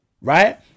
right